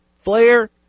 Flair